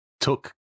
took